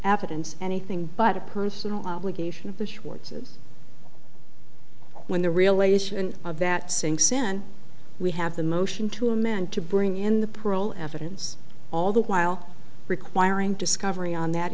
and anything but a personal obligation of the schwarz's when the relation of that sinks in we have the motion to amend to bring in the parole evidence all the while requiring discovery on that